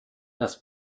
das